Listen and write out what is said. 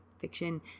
fiction